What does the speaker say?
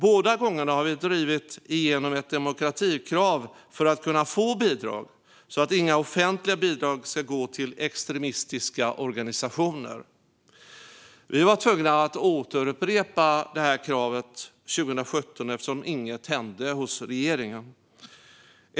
Båda gångerna har vi drivit igenom ett demokratikrav för att kunna få bidrag, så att inga offentliga bidrag ska gå till extremistiska organisationer. Vi var tvungna att återupprepa det kravet 2017 eftersom inget hände hos regeringen.